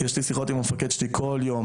יש לי שיחות עם המפקד שלי כל יום,